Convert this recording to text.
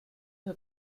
her